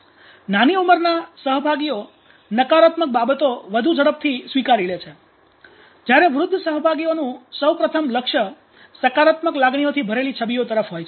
નાની ઉમરના સહભાગીઓ નકારાત્મક બાબતો છબીઓ વધુ ઝડપથી સ્વીકારી લે છે જ્યારે વૃદ્ધ સહભાગીઓનું સૌ પ્રથમ લક્ષ્ય સકારાત્મક લાગણીઓથી ભરેલી છબીઓ તરફ હોય છે